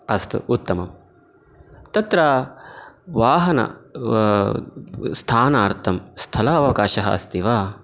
अस्तु उत्तमं तत्र वाहन स्थानार्थं स्थल अवकाशः अस्ति वा